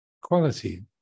quality